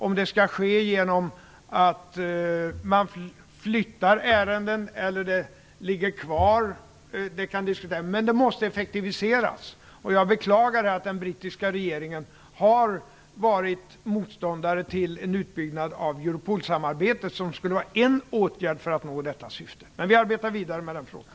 Om det skall ske genom att man flyttar ärenden eller om det skall ligga kvar kan diskuteras. Det måste dock bli en effektivisering, och jag beklagar den brittiska regeringens motstånd mot en utbyggnad av Europolsamarbetet. Det skulle ha varit en åtgärd för att nå detta syfte. Vi arbetar dock vidare med frågan.